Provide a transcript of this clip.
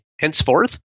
Henceforth